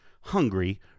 hungry